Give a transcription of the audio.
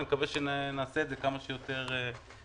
אני מקווה שנעשה את זה כמה שיותר מהר.